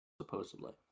supposedly